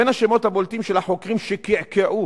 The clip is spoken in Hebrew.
בין השמות הבולטים של החוקרים שקעקעו